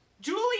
Julie